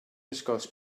discuss